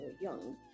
young